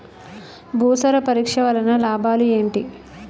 భూసార పరీక్ష వలన లాభాలు ఏంటి?